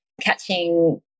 catching